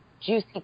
juicy